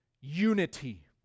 unity